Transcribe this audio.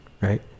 right